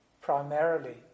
primarily